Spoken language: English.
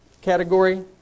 category